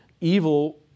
evil